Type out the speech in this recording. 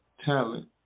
talent